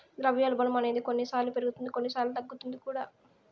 ద్రవ్యోల్బణం అనేది కొన్నిసార్లు పెరుగుతుంది కొన్నిసార్లు తగ్గుతుంది కూడా